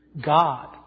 God